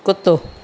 कुतो